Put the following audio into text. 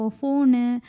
phone